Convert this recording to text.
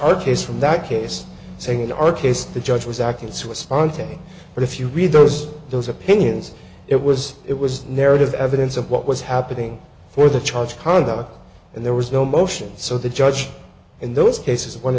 case from that case saying in our case the judge was acting to a spontaneous but if you read those those opinions it was it was narrative evidence of what was happening for the charge conduct and there was no motion so the judge in those cases when